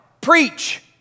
preach